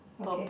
okay